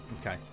Okay